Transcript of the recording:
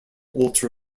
ultra